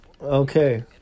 Okay